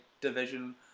Division